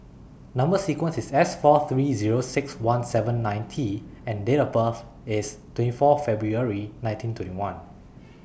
Number sequence IS S four three Zero six one seven nine T and Date of birth IS twenty four February nineteen twenty one